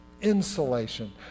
insulation